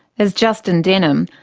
as justin denholm,